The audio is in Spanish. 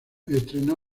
estrenó